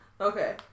Okay